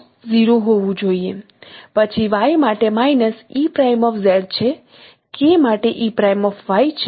તેથી આ 0 હોવું જોઈએ પછી y માટે છે k માટે છે